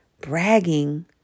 bragging